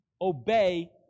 obey